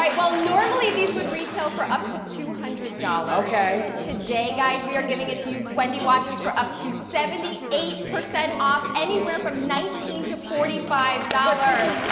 like well normally these would retail for up to two hundred dollars. okay. today guys, we are giving it to you, wendy watchers, for up to seventy eight percent off, anywhere from nineteen to forty five dollars.